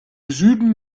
süden